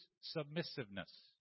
submissiveness